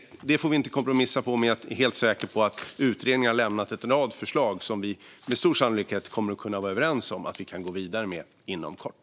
Det får vi inte kompromissa med. Men utredningen har lämnat en rad förslag som vi med stor sannolikhet kommer att kunna vara överens om att vi kan gå vidare med inom kort.